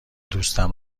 دوستم